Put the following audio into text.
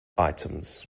items